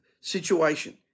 situation